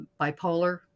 bipolar